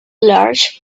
large